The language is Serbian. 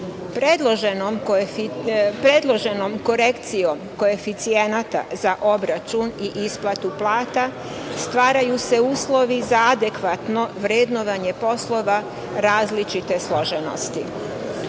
Predloženom korekcijom koeficijenata za obračun i isplatu plata stvaraju se uslovi za adekvatno vrednovanje poslova različite složenosti. Predlog